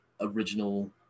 original